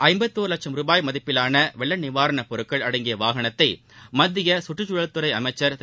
ஐம்பத்தொரு வட்சும் ரூபாய் மதிப்பிவான வெள்ள நிவாரண பொருட்கள் அடங்கிய வாகனத்தை மத்திய சுற்றுச்சூழல்துறை அமைச்ச் திரு